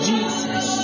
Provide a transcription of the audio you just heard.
Jesus